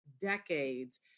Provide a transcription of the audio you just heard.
decades